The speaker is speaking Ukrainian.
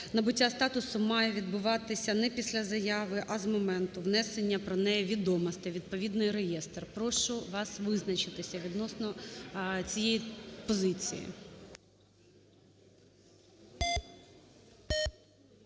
набуття статусу має відбуватися не після заяви, а з моменту внесення про неї відомостей у відповідний реєстр. Прошу вас визначитися відносно цієї позиції.